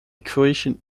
equation